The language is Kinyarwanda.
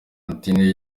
argentine